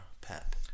Pep